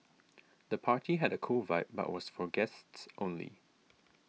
the party had a cool vibe but was for guests only